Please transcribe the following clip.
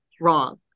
wrong